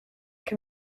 can